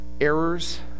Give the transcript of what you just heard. errors